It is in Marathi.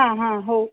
हां हां हो